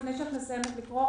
לפני שאת מסיימת לקרוא,